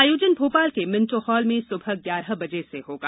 आयोजन भोपाल के Minto Hall में सुबह ग्यारह बजे से होगा